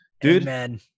dude